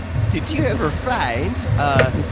did you ever find, ah